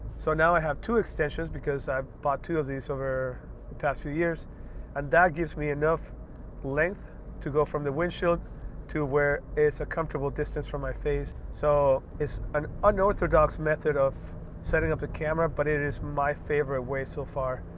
so now i have two extensions because i bought two of these over the past few years and that gives me enough length to go from the windshield to where is a comfortable distance from my face. so it's an unorthodox method of setting up the camera but it is my favorite way so far.